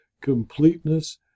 completeness